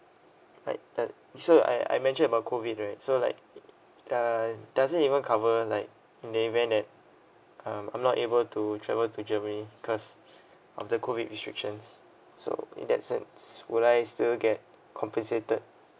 like uh so I I mentioned about COVID right so like uh does it even cover like in the event that um I'm not able to travel to germany because of the COVID restrictions so in that sense would I still get compensated